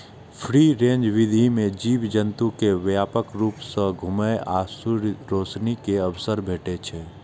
free range विधि मे जीव जंतु कें व्यापक रूप सं घुमै आ सूर्यक रोशनी के अवसर भेटै छै